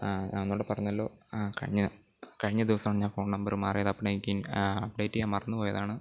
താങ്കളോടു പറഞ്ഞല്ലോ കഴിഞ്ഞ കഴിഞ്ഞ ദിവസം ആണ് ഞാൻ ഫോൺ നമ്പർ മാറിയത് അപ്പോൾ എനിക്ക് അപ്ഡേറ്റ് ചെയ്യാൻ മറന്നുപോയതാണ്